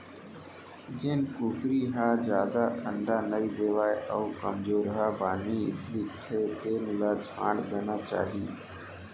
जेन कुकरी ह जादा अंडा नइ देवय अउ कमजोरहा बानी दिखथे तेन ल छांट देना चाही